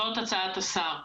זאת הצעת השר.